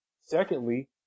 Secondly